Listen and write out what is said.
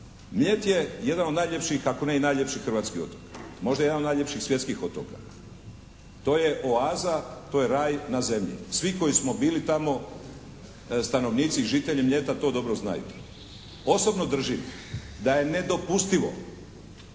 Mljet je jedan od najljepših, ako ne i najljepši otok. Možda jedan od najljepših svjetskih otoka. To je oaza, to je raj na zemlji. Svi koji smo bili tamo, stanovnici i žitelji Mljeta to dobro znaju. Osobno držim da je nedopustivo